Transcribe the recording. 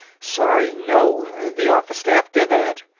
sorry no. the office staff did that.